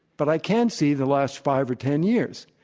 but i can see the last five or ten years.